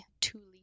Tuli